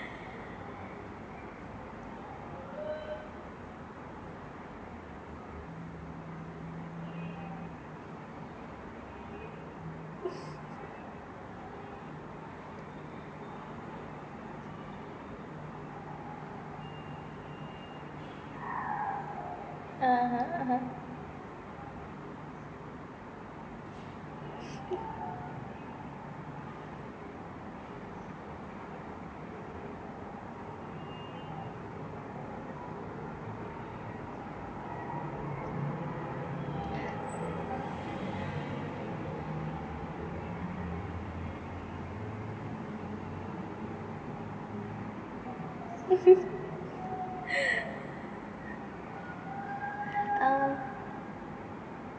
(uh huh) (uh huh) um